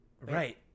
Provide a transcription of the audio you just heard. right